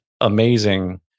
amazing